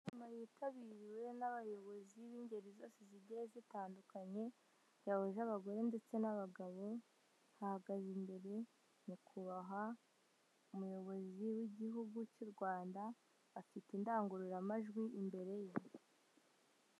Inama yitabiriwe n'abayobozi b'ingeri zose zigiye zitandukanye byahuje abagore ndetse n'abagabo, hahagaze imbere nyakubaha umuyobozi w'igihugu cy'u Rwanda afite indangururamajwi imbere ye.